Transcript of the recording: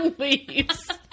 leaves